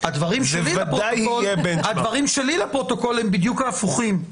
הדברים שלי לפרוטוקול הם בדיוק ההפוכים.